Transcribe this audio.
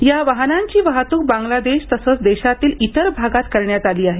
या वाहनांची वाहतूक बांगलादेश तसंच देशातील विविध भागात करण्यात आली आहे